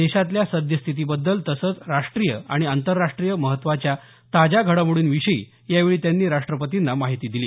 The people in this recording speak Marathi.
देशातल्या सद्यस्थितीबद्दल तसंच राष्टीय आणि आंतर राष्टीय महत्त्वाच्या ताज्या घडामोडींविषयी यावेळी त्यांनी राष्ट्रपतींना माहिती दिली